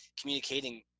communicating